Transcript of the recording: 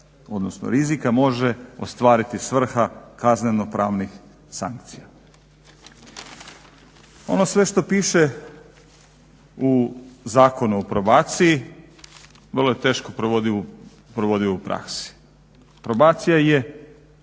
odnosno rizika može ostvariti svrha kazneno-pravnih sankcija. Ono sve što piše u Zakonu o probaciji vrlo je teško provedivo u praksi. Probacija je